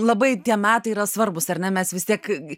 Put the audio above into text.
labai tie metai yra svarbūs ar ne mes vis tiek